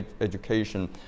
education